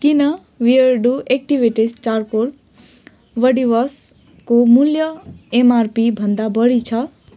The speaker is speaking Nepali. किन बियरडु एक्टिभेटेड चारकोल बडिवासको मूल्य एमआरपीभन्दा बढी छ